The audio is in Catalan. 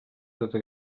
tota